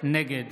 נגד